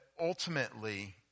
ultimately